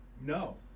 No